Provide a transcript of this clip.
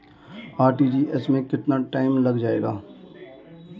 RTGS में कितना time लग जाएगा?